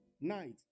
night